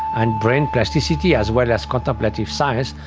and brain plasticity, as well as contemplative science.